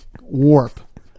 warp